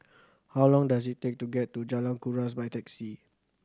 how long does it take to get to Jalan Kuras by taxi